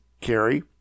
carry